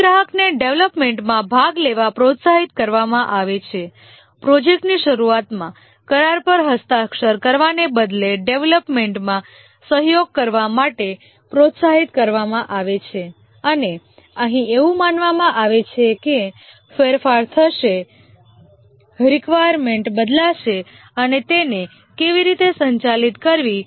અહીં ગ્રાહકને ડેવલપમેન્ટમાં ભાગ લેવા પ્રોત્સાહિત કરવામાં આવે છે પ્રોજેકટની શરૂઆતમાં કરાર પર હસ્તાક્ષર કરવાને બદલે ડેવલપમેન્ટમાં સહયોગ કરવા માટે પ્રોત્સાહિત કરવામાં આવે છે અને અહીં એવું માનવામાં આવે છે કે ફેરફાર થશે રિકવાયર્મેન્ટ બદલાશે અને તેને કેવી રીતે સંચાલિત કરવી